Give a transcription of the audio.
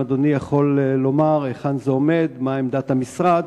האם אדוני יכול לומר היכן זה עומד, מה עמדת המשרד,